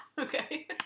Okay